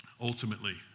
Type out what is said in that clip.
Ultimately